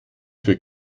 für